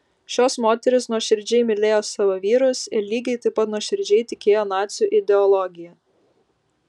šios moterys nuoširdžiai mylėjo savo vyrus ir lygiai taip pat nuoširdžiai tikėjo nacių ideologija